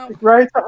Right